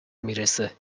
میرسه